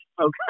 okay